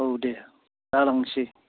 औ दे दा लांनोसै